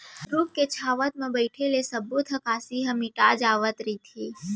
रूख के छांव म बइठे ले सब्बो थकासी ह मिटा जावत रहिस हे